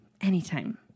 Anytime